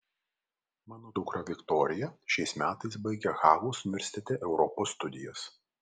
mano dukra viktorija šiais metais baigia hagos universitete europos studijas